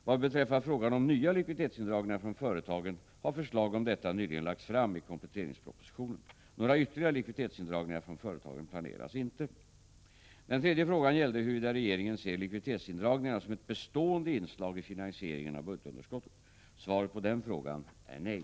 Vad beträffar frågan om nya likviditetsindragningar från företagen har förslag om sådana nyligen lagts fram i kompletteringspropositionen. Några ytterligare likviditetsindragningar från företagen planeras inte. Den tredje frågan gällde huruvida regeringen ser likviditetsindragningarna som ett bestående inslag i finansieringen av budgetunderskottet. Svaret på den frågan är nej.